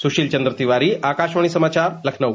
सुशील चन्द्र तिवारी आकाशवाणी समाचार लखनऊ